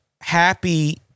Happy